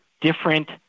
different